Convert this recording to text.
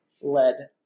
lead